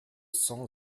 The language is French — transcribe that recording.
cent